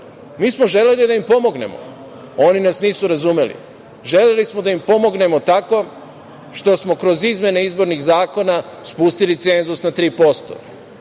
Mi smo želeli da im pomognemo, oni nas nisu razumeli, želeli smo da im pomognemo tako što smo kroz izmene izbornih zakona spustili cenzus na 3%,